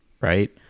right